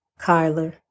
Kyler